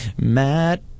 Matt